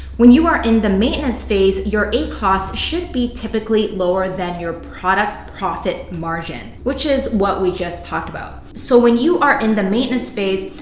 when you are in the maintenance phase, your acos should be typically lower than your product profit margin, which is what we just talked about. so when you are in the maintenance phase,